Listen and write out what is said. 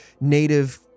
native